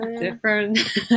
different